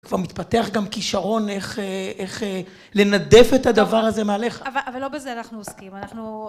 כבר מתפתח גם כישרון איך לנדף את הדבר הזה מעליך. אבל לא בזה אנחנו עוסקים, אנחנו...